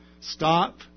Stop